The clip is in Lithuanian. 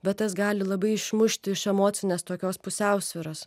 bet tas gali labai išmušti iš emocinės tokios pusiausvyros